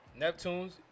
Neptunes